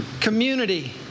community